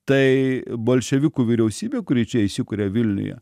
tai bolševikų vyriausybė kuri čia įsikuria vilniuje